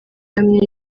ihamye